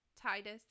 Titus